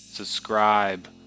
subscribe